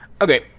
Okay